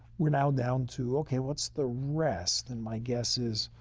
we're now down to, okay, what's the rest? and my guess is,